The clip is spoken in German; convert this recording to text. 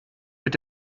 mit